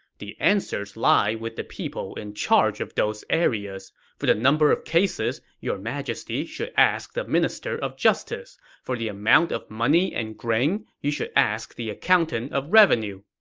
the answers lie with the people in charge of those areas. for the number of cases, cases, your majesty should ask the minister of justice. for the amount of money and grain, you should ask the accountant of revenue.